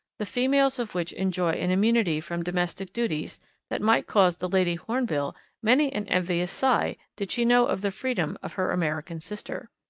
the females of which enjoy an immunity from domestic duties that might cause the lady hornbill many an envious sigh did she know of the freedom of her american sister.